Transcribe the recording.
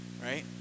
right